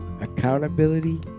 accountability